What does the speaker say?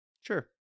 sure